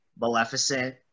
Maleficent